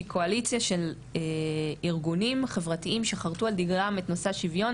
קואליציה של ארגונים חברתיים שחרטו על דיגלן את נושא השוויון